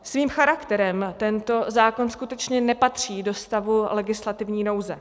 Svým charakterem tento zákon skutečně nepatří do stavu legislativní nouze.